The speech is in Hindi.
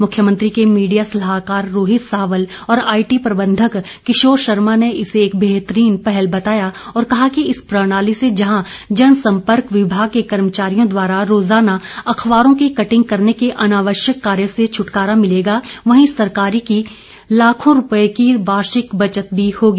मुख्यमंत्री के मीडिया सलाहकार रोहित सावल और आईटी प्रबंधक किशोर शर्मा ने इसे एक बेहतरीन पहल बताया और कहा कि इस प्रणाली से जहां जन संपर्क विभाग के कर्मचारियों द्वारा रोजाना अखबारों की कटिंग करने के अनावश्यक कार्य से छुटकारा मिलेगा वहीं सरकारी की लाखों रूपये की वार्षिक बचत भी होगी